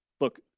look